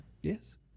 yes